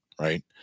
right